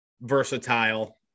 versatile